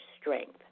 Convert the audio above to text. strength